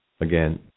Again